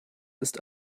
ist